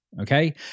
okay